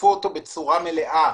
שיתקפו אותו בצורה מלאה.